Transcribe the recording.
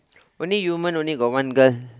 only human only got one girl